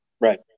Right